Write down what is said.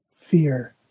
fear